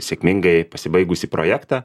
sėkmingai pasibaigusį projektą